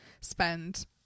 spend